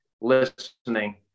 listening